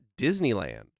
Disneyland